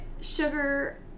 sugar